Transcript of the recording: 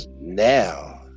now